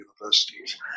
universities